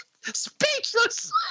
Speechless